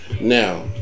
Now